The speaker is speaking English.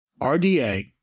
RDA